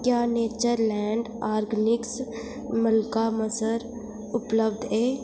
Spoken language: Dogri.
क्या नेचरलैंड आर्गेनिक्स मलका मसर उपलब्ध ऐ